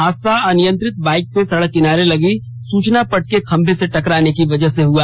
हादसा अनियंत्रित बाइक के सड़क किनारे लगी सूचना पट के खंभे से टकराने की वजह से हुआ